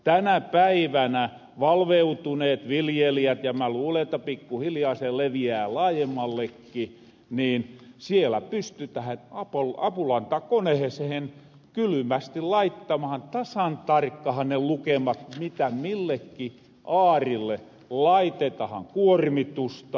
tänä päivänä valveutuneet viljelijät ja mä luulen että pikkuhiljaa se leviää laajemmalleki niin siellä pystytähän apulantaa konehesehen kylymästi laittamahan tasan tarkkahan ne lukemat mitä milleki aarille laitetahan kuormitusta